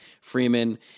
Freeman